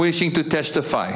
wishing to testify